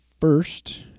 first